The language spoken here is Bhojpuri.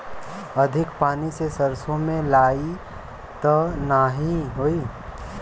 अधिक पानी से सरसो मे लाही त नाही होई?